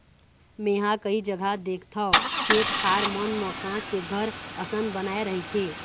मेंहा कई जघा देखथव खेत खार मन म काँच के घर असन बनाय रहिथे